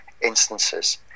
instances